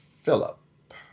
philip